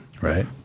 Right